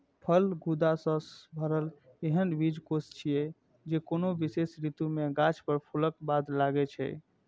फल गूदा सं भरल एहन बीजकोष छियै, जे कोनो विशेष ऋतु मे गाछ पर फूलक बाद लागै छै